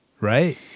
Right